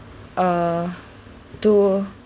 err to